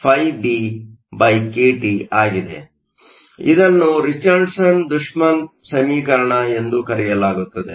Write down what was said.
ಆದ್ದರಿಂದ ಇದನ್ನು Richardson Dushman ಸಮೀಕರಣ ಎಂದು ಕರೆಯಲಾಗುತ್ತದೆ